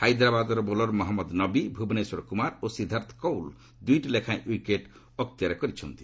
ହାଇଦ୍ରାବାଦ୍ର bowler Mohammad Nabi Bhuvneshwar Kumar ଓ ସିଦ୍ଧାର୍ଥ କୌଲ୍ ଦୁଇଟି ଲେଖାଏଁ ଔକେଟ୍ ଅକ୍ତିଆର କରିଛନ୍ତି